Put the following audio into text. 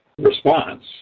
response